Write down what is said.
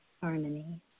harmony